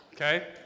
Okay